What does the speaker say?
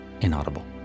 inaudible